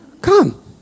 come